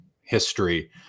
history